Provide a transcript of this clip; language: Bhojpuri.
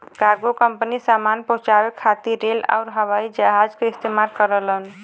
कार्गो कंपनी सामान पहुंचाये खातिर रेल आउर हवाई जहाज क इस्तेमाल करलन